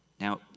Now